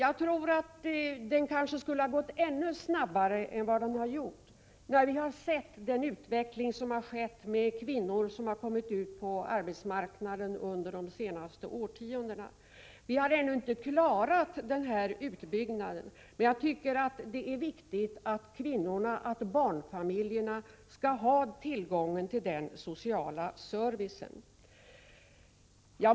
Det kanske hade gått ännu snabbare om vi kunnat förutse den utveckling som skett, med kvinnor som kommit ut på arbetsmarknaden under de senaste årtiondena. Vi har ännu inte klarat hela utbyggnaden, men det är viktigt att kvinnorna och barnfamiljerna skall ha tillgång till denna sociala service.